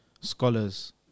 scholars